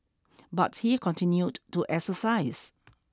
but he continued to exercise